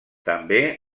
també